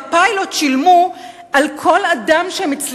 בפיילוט שילמו על כל אדם שהזכיינים